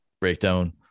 breakdown